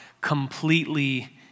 completely